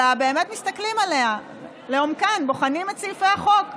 אלא באמת מסתכלים עליהן לעומקן ובוחנים את סעיפי החוק.